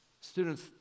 students